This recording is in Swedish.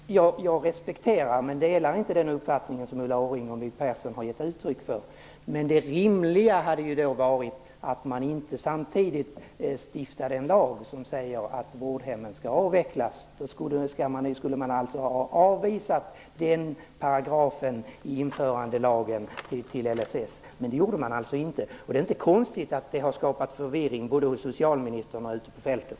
Herr talman! Det är riktigt. Jag respekterar men delar inte den uppfattning som Ulla Orring och My Persson har gett uttryck för. Det rimliga hade varit att man inte samtidigt stiftade en lag som säger att vårdhemmen skall avvecklas. Man skulle ha avvisat den paragrafen i införandelagen till LSS. Men det gjorde man inte. Det är inte konstigt att det har skapat förvirring både hos socialministern och ute på fältet.